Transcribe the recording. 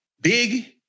Big